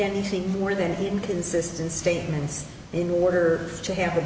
anything more than inconsistent statements in order to have